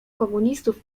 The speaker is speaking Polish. komunistów